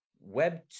Web